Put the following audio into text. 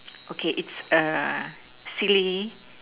okay its a silly